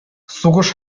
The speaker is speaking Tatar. сугыш